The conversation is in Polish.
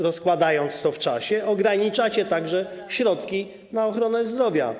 Rozkładając to w czasie, ograniczacie także środki na ochronę zdrowia.